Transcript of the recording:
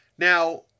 Now